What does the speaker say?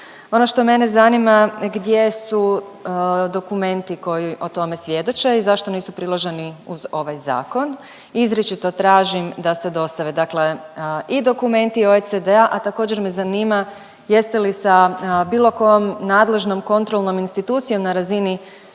Ono što mene zanima gdje su dokumenti koji o tome svjedoče i zašto nisu priloženi uz ovaj zakon? Izričito tražim da se dostave, dakle i dokumenti OECD-a, a također me zanima jeste li sa bilo kojom nadležnom kontrolnom institucijom na razini